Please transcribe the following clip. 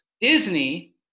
disney